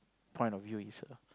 point of view is a